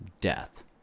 death